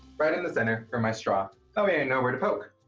right in the center for my straw, that way i know where to poke.